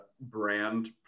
brand